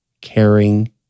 caring